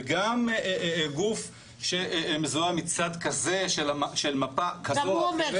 וגם גוף שמזוהה מצד כזה של מפה כזו או אחרת,